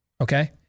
okay